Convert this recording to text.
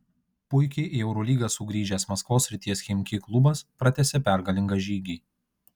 puikiai į eurolygą sugrįžęs maskvos srities chimki klubas pratęsė pergalingą žygį